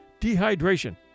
dehydration